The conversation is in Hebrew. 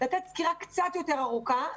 לתת סקירה קצת יותר ארוכה,